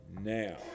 now